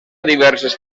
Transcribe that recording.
diverses